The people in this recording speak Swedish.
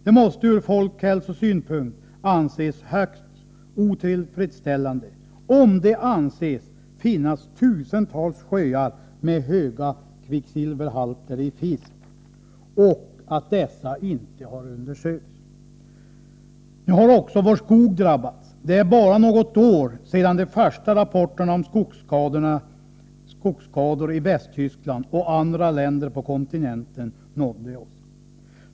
Det måste ur folkhälsosynpunkt anses högst otillfredsställande om det anses finnas tusentals sjöar med höga kvicksilverhalter i fisk, och att dessa inte har undersökts. Nu har också vår skog drabbats. Det är bara något år sedan de första rapporterna om skogsskador i Västtyskland och andra länder på kontinenten nådde oss.